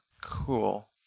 Cool